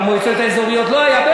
במועצות האזוריות עוד לא היו,